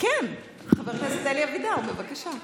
חבר הכנסת אלי אבידר, בבקשה.